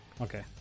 Okay